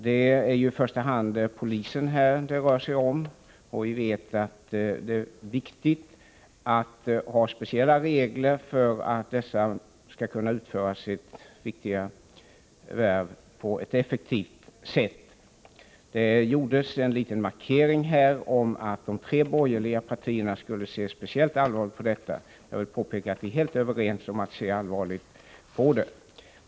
Det gäller ju i första hand polisen, och vi vet att det är angeläget att ha speciella regler för att polisen skall kunna utföra sitt viktiga värv på ett effektivt sätt. Det gjordes här en liten markering om att de tre borgerliga partierna skulle se speciellt allvarligt på detta problem. Jag vill framhålla att vi är helt överens om att se allvarligt på det.